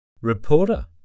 Reporter